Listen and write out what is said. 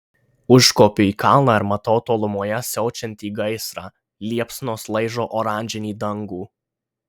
užkopiu į kalną ir matau tolumoje siaučiantį gaisrą liepsnos laižo oranžinį dangų